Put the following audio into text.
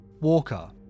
Walker